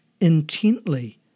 intently